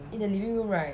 in the living room right